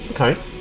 okay